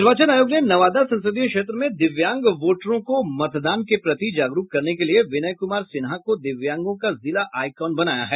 निर्वाचन आयोग ने नवादा संसदीय क्षेत्र में दिव्यांग वोटरों को मतदान के प्रति जागरूक करने के लिए विनय कुमार सिन्हा को दिव्यांगों का जिला आइकॉन बनाया है